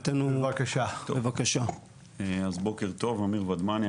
אז בוקר טוב אמיר מדמני,